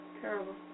Terrible